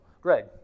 Greg